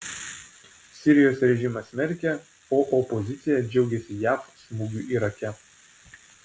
sirijos režimas smerkia o opozicija džiaugiasi jav smūgiu irake